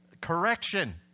correction